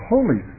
Holy